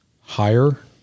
higher